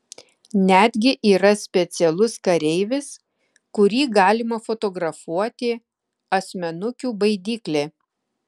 netgi yra specialus kareivis kurį galima fotografuoti asmenukių baidyklė